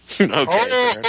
Okay